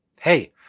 Hey